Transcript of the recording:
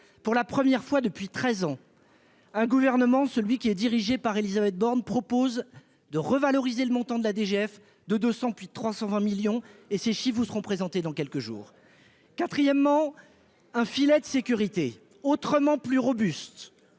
pour la première fois depuis 13 ans. Un gouvernement, celui qui est dirigé par Élisabeth Borne propose de revaloriser le montant de la DGF de 200 puis 320 millions et c'est si vous seront présentés dans quelques jours, quatrièmement, un filet de sécurité autrement plus robustes